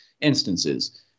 instances